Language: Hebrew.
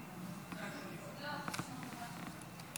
ממשלה נבחרת כדי לשרת את